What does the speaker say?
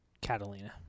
Catalina